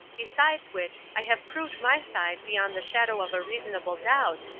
besides which, i have proved my side beyond the shadow of a reasonable doubt,